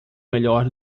melhor